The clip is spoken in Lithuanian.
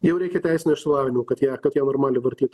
jau reikia teisinio išsilavinimo kad ją kadj ą normaliai vartyt